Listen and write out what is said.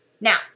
Now